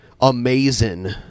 amazing